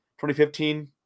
2015